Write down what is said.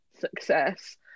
success